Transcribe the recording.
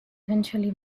eventually